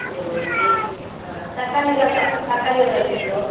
சரி ஓகே ஆ தக்காளி எல்லாங்க்கா தக்காளி ஒரு அஞ்சு கிலோ